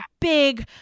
big